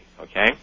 Okay